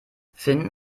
finn